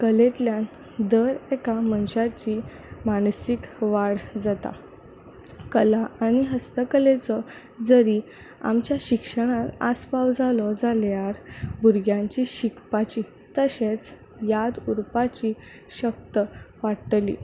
कलेंतल्यान दर एका मनशाची मानसीक वाड जाता कला आनी हस्तकलेचो जरी आमच्या शिक्षणान आसपाव जालो जाल्यार भुरग्यांची शिकपाची तशेंच याद उरपाची शक्त वाडटली